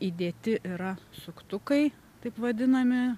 įdėti yra suktukai taip vadinami